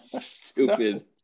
Stupid